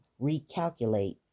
recalculate